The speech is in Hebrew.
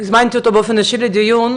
הזמנתי אותו באופן אישי לדיון,